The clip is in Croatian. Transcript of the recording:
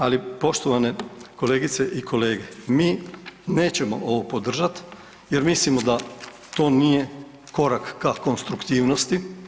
Ali poštovane kolegice i kolege, mi nećemo ovo podržati jer mislimo da to nije korak ka konstruktivnosti.